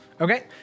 Okay